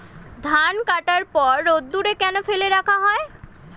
ধান কাটার পর রোদ্দুরে কেন ফেলে রাখা হয়?